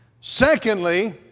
Secondly